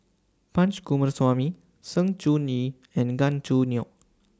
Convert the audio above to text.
Punch Coomaraswamy Sng Choon Yee and Gan Choo Neo